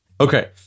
Okay